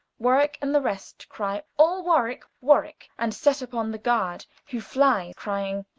warwicke and the rest cry all, warwicke, warwicke, and set vpon the guard, who flye, crying,